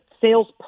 sales